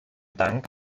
dank